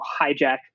hijack